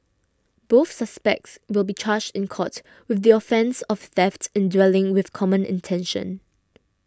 both suspects will be charged in court with the offence of theft in dwelling with common intention